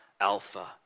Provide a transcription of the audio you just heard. alpha